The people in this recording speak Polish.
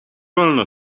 wolno